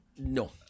No